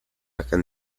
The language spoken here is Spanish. estaba